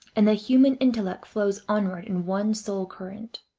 and the human intellect flows onwards in one sole current.